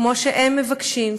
כמו שהם מבקשים,